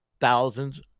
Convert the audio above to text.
thousands